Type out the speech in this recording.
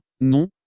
non